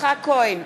יצחק כהן,